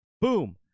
boom